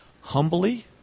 humbly